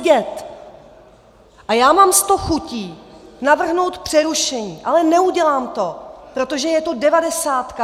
A já mám sto chutí navrhnout přerušení, ale neudělám to, protože je to devadesátka.